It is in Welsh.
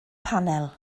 panel